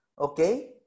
okay